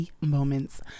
moments